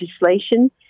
legislation